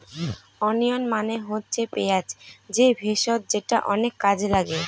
onion মানে হচ্ছে পেঁয়াজ যে ভেষজ যেটা অনেক কাজে লাগে